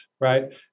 right